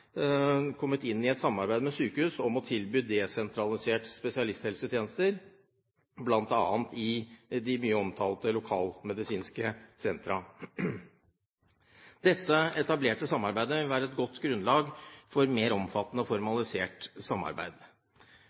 kommet inn i et samarbeid med sykehus om å tilby desentraliserte spesialisthelsetjenester, bl.a. i de mye omtalte lokalmedisinske sentra. Dette etablerte samarbeidet vil være et godt grunnlag for et mer omfattende og formalisert samarbeid.